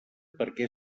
perquè